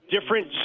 different